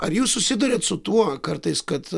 ar jūs susiduriat su tuo kartais kad